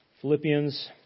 Philippians